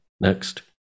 Next